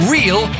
Real